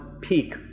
peak